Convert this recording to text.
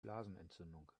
blasenentzündung